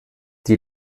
die